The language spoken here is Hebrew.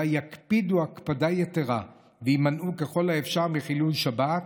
יקפידו הקפדה יתרה ויימנעו ככל האפשר מחילול לשבת,